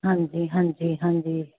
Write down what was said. ਹਾਂਜੀ ਹਾਂਜੀ ਹਾਂਜੀ